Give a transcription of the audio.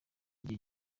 igihe